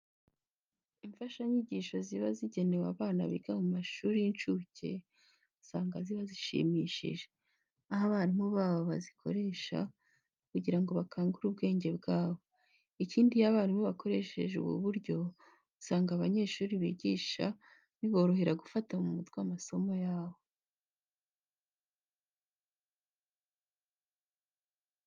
Imfashanyigisho ziba zigenewe abana biga mu mashuri y'incuke, usanga ziba zishimishije, aho abarimu babo bazikoresha kugira ngo bakangure ubwenge bwabo. Ikindi iyo abarimu bakoresheje ubu buryo, usanga abanyeshuri bigisha biborohera gufata mu mutwe amasomo yabo.